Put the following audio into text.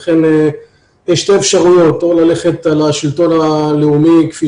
לכן יש שתי אפשרויות או ללכת על השלטון הלאומי כפי